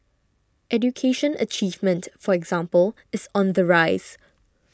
education achievement for example is on the rise